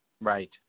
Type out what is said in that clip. Right